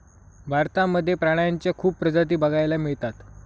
भारतामध्ये प्राण्यांच्या खूप प्रजाती बघायला मिळतात